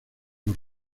los